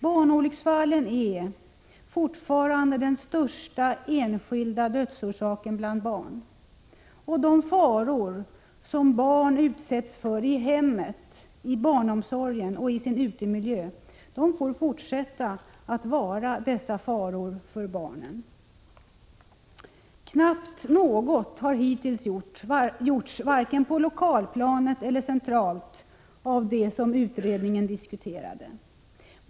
Barnolycksfallen är fortfarande den största enskilda dödsorsaken bland barn. De faror som barn utsätts för i hemmet, i barnomsorgen och i sin utemiljö får fortsätta att vara dessa faror för barnen. Knappt något har hittills gjorts, varken på lokalplanet eller centralt, av det som utredningen diskuterade.